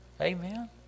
Amen